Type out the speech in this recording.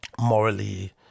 morally